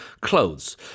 clothes